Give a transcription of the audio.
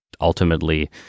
Ultimately